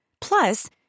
Plus